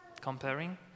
comparing